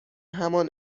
همان